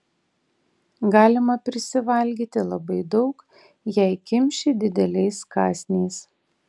galima prisivalgyti labai daug jei kimši dideliais kąsniais